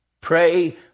Pray